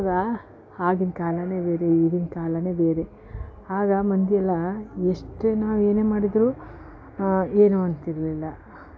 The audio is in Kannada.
ಆವಾಗ ಆಗಿನ ಕಾಲವೇ ಬೇರೆ ಈಗಿನ ಕಾಲವೇ ಬೇರೆ ಆಗ ಮಂದಿಯೆಲ್ಲ ಎಷ್ಟೇ ನಾವು ಏನೇ ಮಾಡಿದರೂ ಏನು ಅಂತಿರಲಿಲ್ಲ